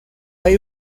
hay